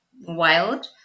wild